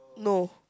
no